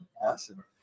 awesome